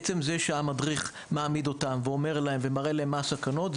עצם זה שהמדריך מעמיד אותם ומראה להם מה הסכנות,